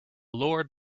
lord